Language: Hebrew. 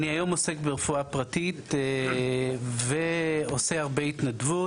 אני היום עוסק ברפואה פרטית ועושה הרבה התנדבות.